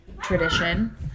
tradition